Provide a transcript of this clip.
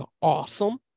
awesome